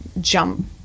jump